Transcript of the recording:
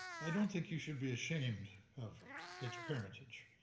i don't think you should be ashamed of its parentage.